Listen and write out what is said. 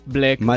Black